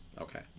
Okay